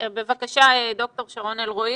בבקשה, ד"ר שרון אלרעי.